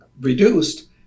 reduced